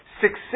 Success